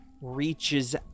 reaches